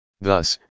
Thus